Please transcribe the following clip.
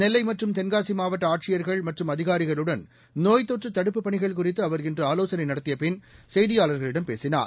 நெல்லை மற்றும் தென்காசி மாவட்ட ஆட்சியர்கள் மற்றும் அதிகாரிகளுடன் நோய் தொற்று தடுப்புப் பணிகள் குறித்து அவர் இன்று ஆலோசனை நடத்திய பின் செய்தியாளர்களிடம் பேசினார்